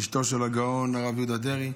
אישתו של הגאון הרב יהודה דרעי,